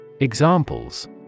Examples